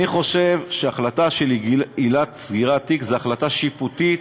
אני חושב שהחלטה של עילת סגירת תיק היא החלטה שיפוטית,